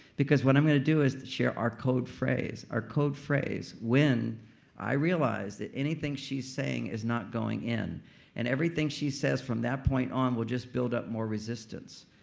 because what i'm gonna do is to share our code phrase. our code phrase, when i realize that anything she's saying is not going in and everything she says from that point on will just build up more resistance.